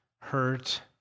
hurt